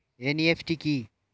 NEFT কি?